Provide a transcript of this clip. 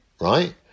right